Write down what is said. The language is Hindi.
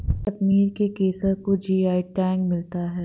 कश्मीर के केसर को जी.आई टैग मिला है